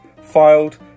filed